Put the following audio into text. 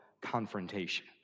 confrontation